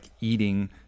eating